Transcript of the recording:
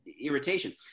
irritation